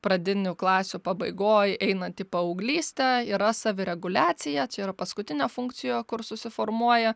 pradinių klasių pabaigoj einant į paauglystę yra savireguliacija čia yra paskutinė funkcija kur susiformuoja